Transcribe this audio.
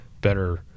better